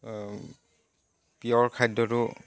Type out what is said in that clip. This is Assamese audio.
পিয়ৰ খাদ্যটো